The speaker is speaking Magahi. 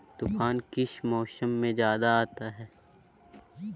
तूफ़ान किस मौसम में ज्यादा आता है?